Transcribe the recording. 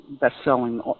best-selling